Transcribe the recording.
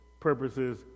purposes